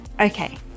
Okay